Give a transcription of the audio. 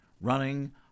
running